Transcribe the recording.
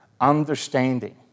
Understanding